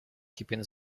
keeping